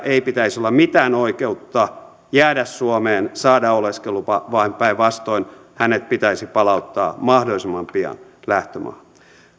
ei pitäisi olla mitään oikeutta jäädä suomeen saada oleskelulupaa vaan päinvastoin hänet pitäisi palauttaa mahdollisimman pian lähtömaahan